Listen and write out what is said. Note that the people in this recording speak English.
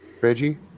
Reggie